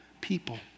people